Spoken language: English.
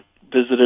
visited